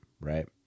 right